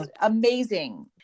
amazing